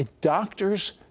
doctors